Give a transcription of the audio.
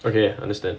okay understand